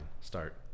start